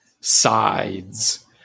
sides